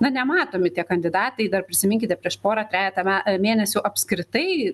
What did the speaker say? na nematomi tie kandidatai dar prisiminkite prieš porą trejetą na mėnesių apskritai